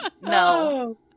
No